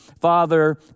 Father